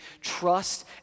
Trust